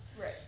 Right